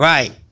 Right